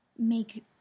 make